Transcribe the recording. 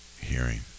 hearing